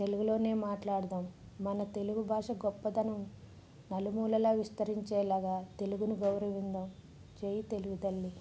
తెలుగులోనే మాట్లాడదాం మన తెలుగు భాష గొప్పదనం నలుమూలలా విస్తరించేలాగ తెలుగును గౌరవిందాం జై తెలుగు తల్లి